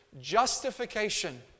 justification